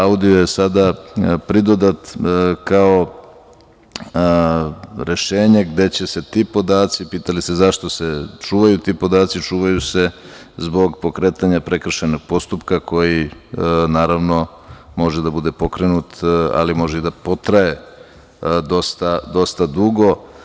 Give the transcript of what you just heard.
Audio je sada pridodat kao rešenje gde će se ti podaci, pitali ste zašto se čuvaju ti podaci, čuvaju se zbog pokretanja prekršajnog postupka koji, naravno, može da bude pokrenut, ali može i da potraje dosta dugo.